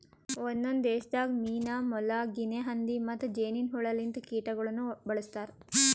ಒಂದೊಂದು ದೇಶದಾಗ್ ಮೀನಾ, ಮೊಲ, ಗಿನೆ ಹಂದಿ ಮತ್ತ್ ಜೇನಿನ್ ಹುಳ ಲಿಂತ ಕೀಟಗೊಳನು ಬಳ್ಸತಾರ್